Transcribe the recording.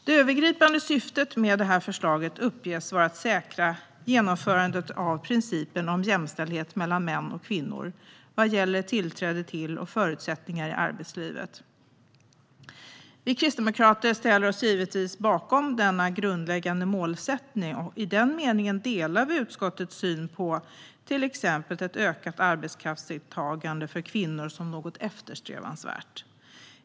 Det övergripande syftet med förslaget uppges vara att säkra genomförandet av principen om jämställdhet mellan män och kvinnor vad gäller tillträde till och förutsättningar i arbetslivet. Vi kristdemokrater ställer oss givetvis bakom denna grundläggande målsättning, och i den meningen delar vi utskottets syn på till exempel ett ökat arbetskraftsdeltagande för kvinnor som något eftersträvansvärt.